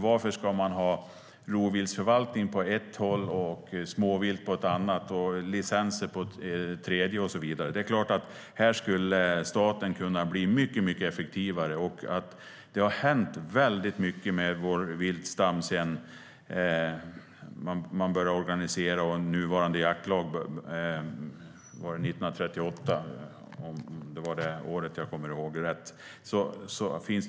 Varför ska man ha rovdjursförvaltning på ett håll, småvilt på ett annat och licenser på ett tredje och så vidare? Här skulle staten kunna bli mycket effektivare. Det har hänt väldigt mycket med vår viltstam sedan man började organisera och vår nuvarande jaktlag kom 1938, om jag kommer ihåg året rätt.